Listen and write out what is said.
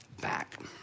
back